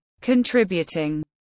contributing